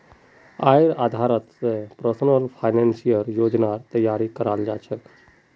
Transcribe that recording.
आयेर आधारत स ही पर्सनल फाइनेंसेर योजनार तैयारी कराल जा छेक